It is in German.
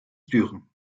düren